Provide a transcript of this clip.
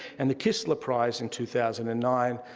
and the kistler prize in two thousand and nine.